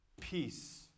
peace